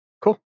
Cool